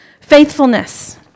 Faithfulness